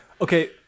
Okay